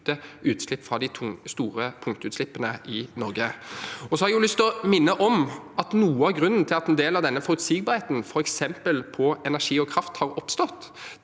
utslippene fra de store punktutslippene i Norge. Jeg har lyst til å minne om at noe av grunnen til at en del av denne uforutsigbarheten f.eks. på energi og kraft, har oppstått,